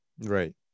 Right